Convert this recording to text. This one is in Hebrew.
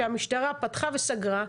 שהמשטרה פתחה וסגרה,